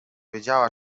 wiedziała